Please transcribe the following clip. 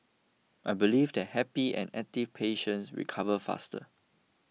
I believe that happy and active patients recover faster